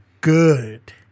good